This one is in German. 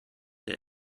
der